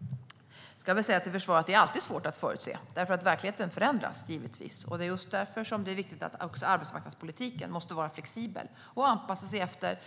Men det ska väl sägas till ert försvar att dessa alltid är svåra att förutse, då verkligheten givetvis förändras. Det är just därför arbetsmarknadspolitiken måste vara flexibel och anpassa sig efter